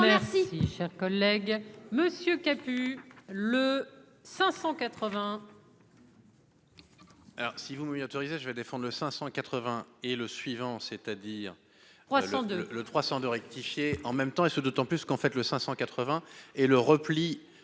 remercie, cher collègue Monsieur kaput, le 580. Alors, si vous m'y autorisez, je vais défendent le 580 est le suivant, c'est-à-dire le le 300 de rectifier en même temps et ce d'autant plus qu'en fait le 580 et le repli